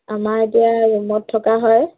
আমাৰ এতিয়া ৰুমত থকা হয়